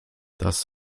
das